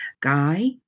Guy